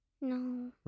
No